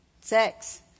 sex